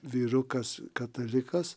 vyrukas katalikas